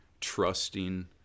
trusting